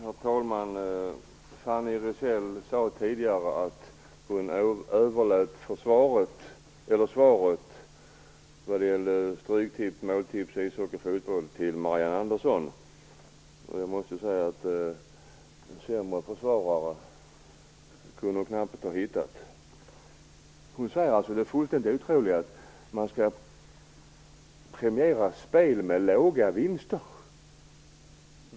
Herr talman! Fanny Rizell sade tidigare att hon överlät svaret vad gäller stryktips, måltips, ishockey och fotboll till Marianne Andersson. Jag måste säga att sämre försvarare kunde hon knappt ha hittat. Marianne Andersson säger alltså det fullständigt otroliga att man skall premiera spel med låga vinster.